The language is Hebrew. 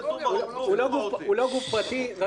הוא לא גוף פרטי רגיל.